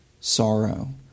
sorrow